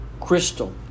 crystal